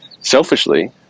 selfishly